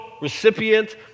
recipient